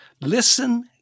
Listen